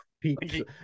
pizza